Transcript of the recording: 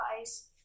ice